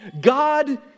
God